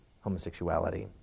homosexuality